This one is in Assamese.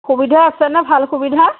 সুবিধা আছেনে ভাল সুবিধা